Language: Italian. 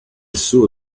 suo